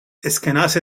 اسکناس